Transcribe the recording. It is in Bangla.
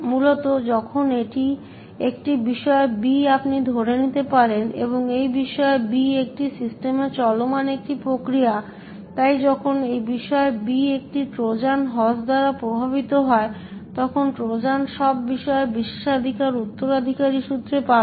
মূলত যখন একটি বিষয় B আপনি ধরে নিতে পারেন যে বিষয় B একটি সিস্টেমে চলমান একটি প্রক্রিয়া তাই যখন বিষয় B একটি ট্রোজান হর্স দ্বারা প্রভাবিত হয় তখন ট্রোজান সব বিষয় বিশেষাধিকার উত্তরাধিকারসূত্রে পাবে